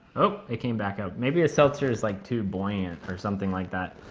oh it came back up. maybe a seltzer is like too buoyant or something like that.